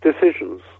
decisions